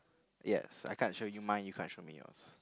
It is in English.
ya I kind of show you mind you kind of show me yours